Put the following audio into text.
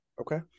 Okay